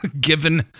given